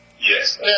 Yes